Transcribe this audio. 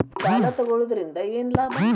ಸಾಲ ತಗೊಳ್ಳುವುದರಿಂದ ಏನ್ ಲಾಭ?